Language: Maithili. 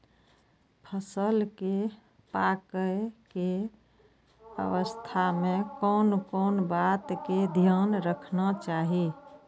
फसल के पाकैय के अवस्था में कोन कोन बात के ध्यान रखना चाही?